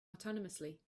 autonomously